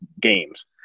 games